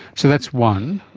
so that's one.